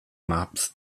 maps